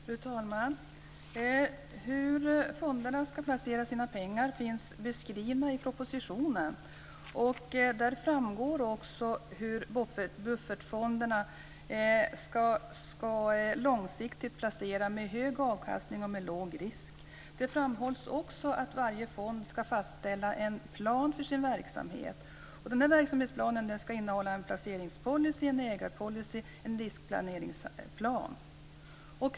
Fru talman! Hur fonderna ska placera sina pengar finns beskrivet i propositionen. Där framgår också hur buffertfonderna ska långsiktigt placera med hög avkastning och med låg risk. Det framhålls också att varje fond ska fastställa en plan för sin verksamhet. Verksamhetsplanen ska innehålla en placeringspolicy, en ägarpolicy och en riskplaneringsplan.